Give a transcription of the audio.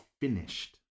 finished